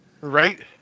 right